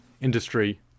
industry